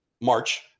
March